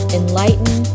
enlighten